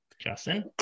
Justin